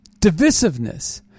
divisiveness